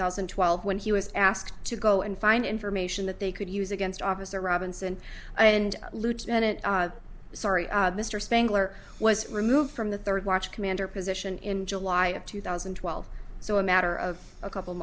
thousand and twelve when he was asked to go and find information that they could use against officer robinson and lieutenant sorry mr spangler was removed from the third watch commander position in july of two thousand and twelve so a matter of a couple